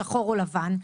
שחור או לבן.